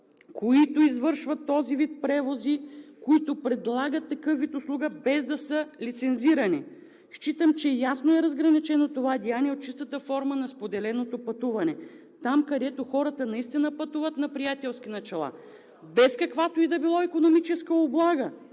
които извършват този вид превози, които предлагат такъв вид услуга, без да са лицензирани. Считам, че ясно е разграничено това деяние от чистата форма на споделеното пътуване – там, където хората наистина пътуват на приятелски начала, без каквато и да е било икономическа облага